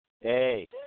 Hey